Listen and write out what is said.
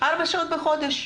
ארבע שעות בחודש.